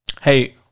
hey